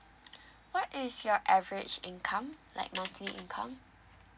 what is your average income like monthly income